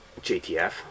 jtf